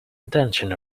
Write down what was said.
intention